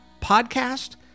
podcast